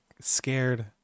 scared